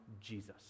Jesus